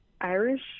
Irish